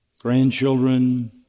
grandchildren